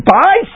buy